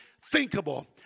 thinkable